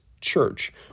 church